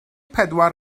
pedwar